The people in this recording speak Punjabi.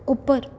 ਉੱਪਰ